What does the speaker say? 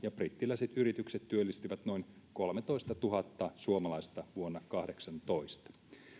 ja brittiläiset yritykset työllistivät noin kolmetoistatuhatta suomalaista vuonna kahdeksantoista